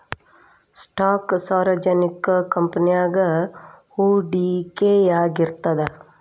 stock ಸಾರ್ವಜನಿಕ ಕಂಪನಿಯಾಗ ಹೂಡಿಕೆಯಾಗಿರ್ತದ